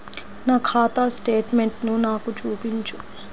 నా ఖాతా స్టేట్మెంట్ను నాకు చూపించు